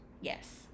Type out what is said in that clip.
Yes